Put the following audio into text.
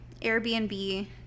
Airbnb